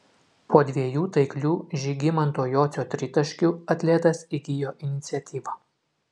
po dviejų taiklių žygimanto jocio tritaškių atletas įgijo iniciatyvą